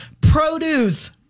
Produce